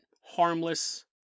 harmless